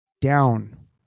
down